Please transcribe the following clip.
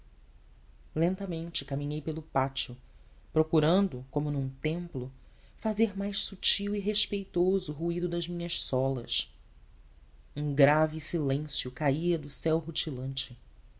lentamente caminhei pelo pátio procurando como num templo fazer mais sutil e respeitoso o ruído das minhas solas um grave silêncio caía do céu rutilante